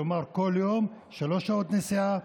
כלומר בכל יום שלוש שעות נסיעה,